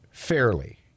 Fairly